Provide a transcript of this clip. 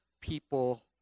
people